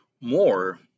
more